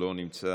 לא נמצא.